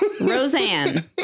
Roseanne